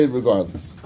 regardless